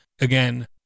Again